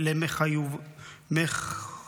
למה אתה פה?